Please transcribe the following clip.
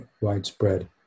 widespread